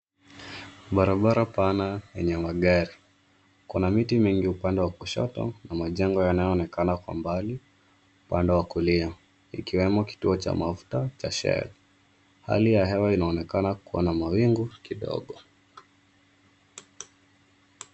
Barabara pana yenye magari, kuna miti mingi upande wa kushoto na majengo yanayoonekana kwa mbali, upande wa kulia ,ikiwemo kituo cha mafuta cha shell .Hali ya hewa inaonekana kuwa na mawingu kidogo.